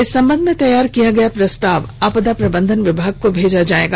इस संबध में तैयार किया गया प्रस्ताव आपदा प्रबंधन विभाग को भेजा जाएगा